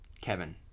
Kevin